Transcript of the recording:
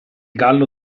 gallo